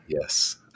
Yes